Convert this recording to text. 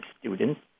students